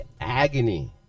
agony